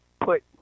put